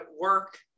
work